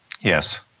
Yes